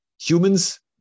humans